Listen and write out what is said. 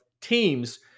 teams